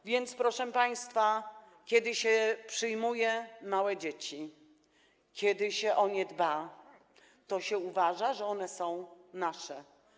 A więc, proszę państwa, kiedy się przyjmuje małe dzieci, kiedy się o nie dba, to się uważa, że one są nasze.